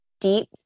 deep